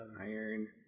Iron